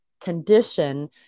condition